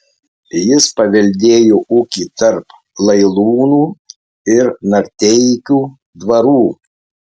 jis paveldėjo ūkį tarp lailūnų ir narteikių dvarų